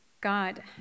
God